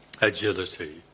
agility